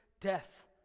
death